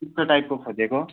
Coupvray टाइपको खोजेको